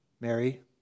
Mary